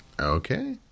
Okay